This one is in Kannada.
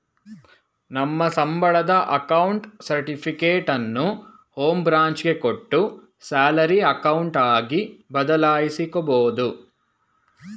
ನಮ್ಮ ಸಂಬಳದ ಅಕೌಂಟ್ ಸರ್ಟಿಫಿಕೇಟನ್ನು ಹೋಂ ಬ್ರಾಂಚ್ ಗೆ ಕೊಟ್ಟು ಸ್ಯಾಲರಿ ಅಕೌಂಟ್ ಆಗಿ ಬದಲಾಯಿಸಿಕೊಬೋದು